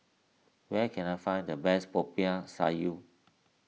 where can I find the best Popiah Sayur